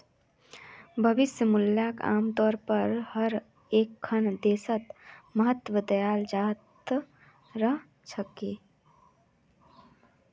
भविष्य मूल्यक आमतौरेर पर हर एकखन देशत महत्व दयाल जा त रह छेक